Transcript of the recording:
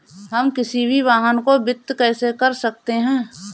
हम किसी भी वाहन को वित्त कैसे कर सकते हैं?